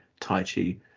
Taichi